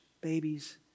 babies